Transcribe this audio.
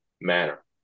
manner